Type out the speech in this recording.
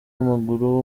w’amaguru